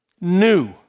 new